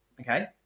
okay